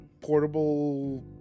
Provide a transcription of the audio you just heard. portable